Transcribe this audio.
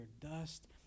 dust